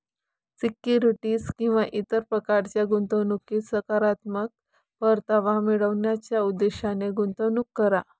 securities किंवा इतर प्रकारच्या गुंतवणुकीत सकारात्मक परतावा मिळवण्याच्या उद्देशाने गुंतवणूक करा